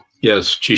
Yes